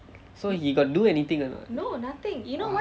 so he got do anything or not